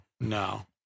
No